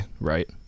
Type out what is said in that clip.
right